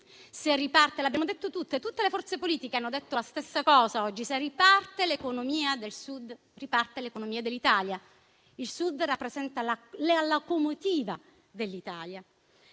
del Sud. Lo sappiamo tutti, tutte le forze politiche hanno detto la stessa cosa oggi: se riparte l'economia del Sud, riparte l'economia dell'Italia. Il Sud rappresenta la locomotiva dell'Italia.